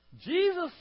Jesus